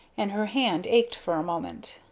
and her hand ached for a moment.